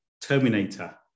terminator